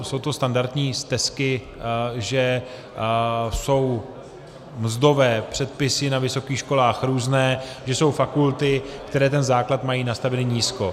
Jsou to standardní stesky, že jsou mzdové předpisy na vysokých školách různé, že jsou fakulty, které ten základ mají nastavený nízko.